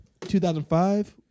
2005